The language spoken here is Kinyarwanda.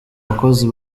bakoze